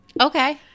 Okay